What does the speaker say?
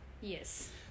Yes